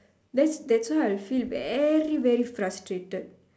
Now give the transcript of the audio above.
that that's why I feel very very frustrated